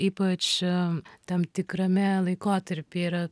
ypač tam tikrame laikotarpy yra